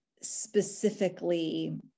specifically